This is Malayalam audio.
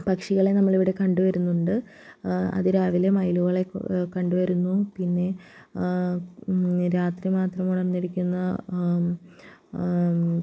പക്ഷികളെ നമ്മളിവിടെ കണ്ട് വരുന്നുണ്ട് അതിരാവിലെ മയിലുകളെ കണ്ട് വരുന്നു പിന്നെ രാത്രി മാത്രമുണർന്നിരിക്കുന്ന